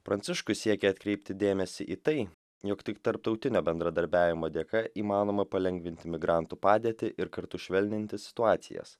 pranciškus siekia atkreipti dėmesį į tai jog tik tarptautinio bendradarbiavimo dėka įmanoma palengvinti migrantų padėtį ir kartu švelninti situacijas